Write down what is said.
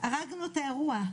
הרגנו את האירוע.